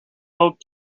old